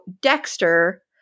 Dexter